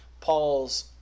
Paul's